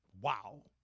Wow